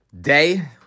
day